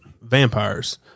vampires